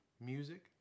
Music